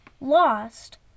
lost